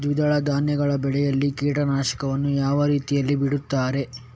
ದ್ವಿದಳ ಧಾನ್ಯಗಳ ಬೆಳೆಯಲ್ಲಿ ಕೀಟನಾಶಕವನ್ನು ಯಾವ ರೀತಿಯಲ್ಲಿ ಬಿಡ್ತಾರೆ?